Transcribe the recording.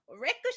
Ricochet